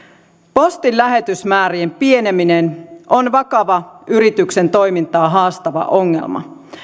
postin lähetysmäärien pieneneminen on vakava yrityksen toimintaa haastava ongelma